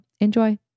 enjoy